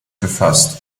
befasst